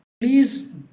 please